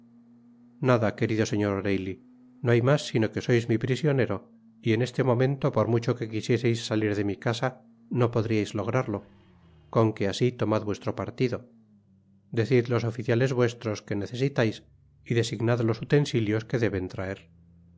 nada querido señor oreilly no hay mas sino que sois mi prisionero y en este momento por mucho que quisiereis salir de mi casa no podriais lograrlo con que asi tomad vuestro partido decid los oficiales vuestros que necesiteis y designad los utensitios que deben traer